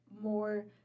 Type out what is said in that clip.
more